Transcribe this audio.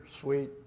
sweet